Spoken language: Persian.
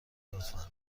لطفا